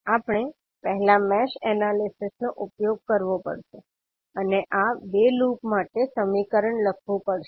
આપણે પહેલા mesh analysis નો ઉપયોગ કરવો પડશે અને આ 2 લૂપ માટે સમીકરણ લખવું પડશે